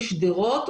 עם שדרות,